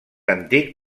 antic